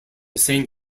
saint